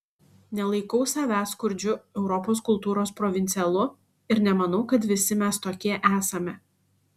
nelaikau savęs skurdžiu europos kultūros provincialu ir nemanau kad visi mes tokie esame